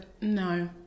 no